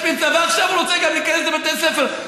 ועכשיו הוא רוצה גם להיכנס לבתי ספר.